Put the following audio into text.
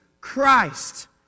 Christ